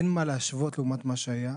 אין מה להשוות לעומת מה שהיה.